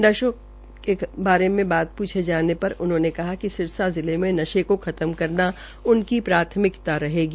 नशों के खातमे बारे प्रछे जाने पर उन्होंने कहा कि सिरसा जिले में नशे के खत्म करना उनकी प्राथमिकता रहेगी